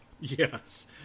yes